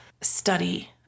study